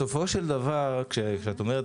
בסופו של דבר כשאת אומרת,